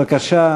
בבקשה,